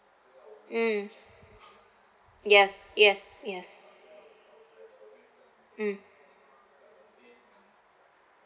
mm yes yes yes mm